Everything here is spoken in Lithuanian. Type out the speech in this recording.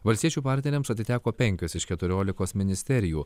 valstiečių partneriams atiteko penkios iš keturiolikos ministerijų